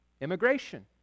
Immigration